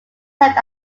served